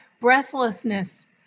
breathlessness